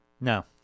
No